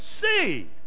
see